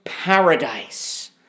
paradise